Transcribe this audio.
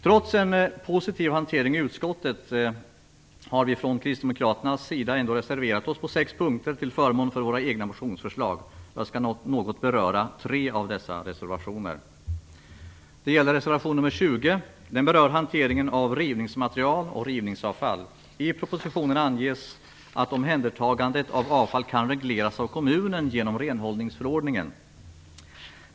Trots en positiv hantering i utskottet har vi kristdemokrater reserverat oss på sex punkter, till förmån för våra egna motionsförslag. Jag skall något beröra tre av dessa reservationer. Reservation 20 berör hanteringen av rivningsmaterial och rivningsavfall. I propositionen anges att omhändertagandet av avfall kan regleras av kommunen genom renhållningsförordningen.